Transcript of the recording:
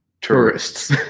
tourists